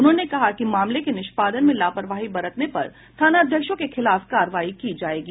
उन्होंने कहा कि मामलों के निष्पादन में लापरवाही बरतने वाले थानाध्यक्षों के खिलाफ कार्रवाई की जायेगी